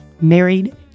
Married